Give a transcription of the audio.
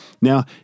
Now